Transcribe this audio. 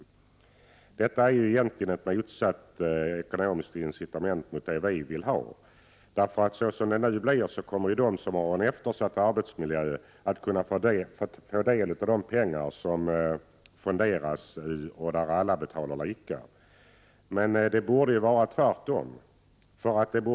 Detta är egentligen ett ekonomiskt incitament som är motsatt det som vi vill ha. Såsom det nu blir, kommer ju de som har en eftersatt arbetsmiljö att kunna få del av de pengar som fonderas, när alla betalar lika. Det borde ju vara tvärtom.